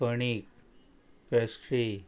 कणीक पेस्ट्री